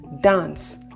dance